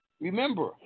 Remember